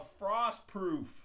frostproof